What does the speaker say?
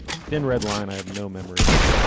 thin red line i have no memory of.